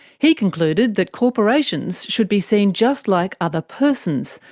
he concluded that corporations should be seen just like other persons,